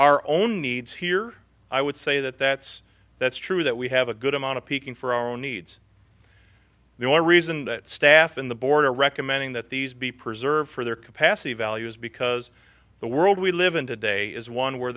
our own needs here i would say that that's that's true that we have a good amount of peaking for our own needs there are reason that staff in the board are recommending that these be preserved for their capacity values because the world we live in today is one where